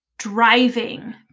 Driving